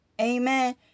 Amen